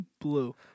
Blue